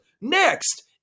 Next